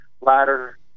ladder